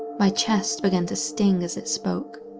my chest began to sting as it spoke.